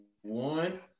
One